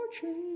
fortune